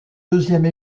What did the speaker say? deuxième